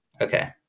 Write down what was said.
okay